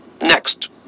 Next